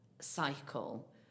cycle